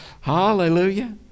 hallelujah